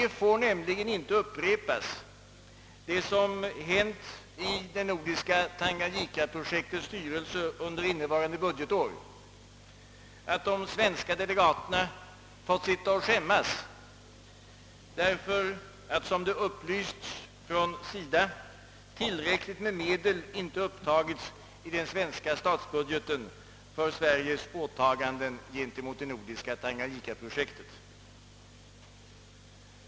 Det som hände i det nordiska Tanganyika-projektets styrelse under innevarande budgetår får nämligen inte upprepas. De svenska delegaterna fick sitta och skämmas därför att, som det upplysts från SIDA, tillräckligt med medel inte hade upptagits i den svenska statsbudgeten för Sveriges åtaganden gentemot det nordiska Tanganyika-projektet.